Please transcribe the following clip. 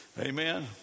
Amen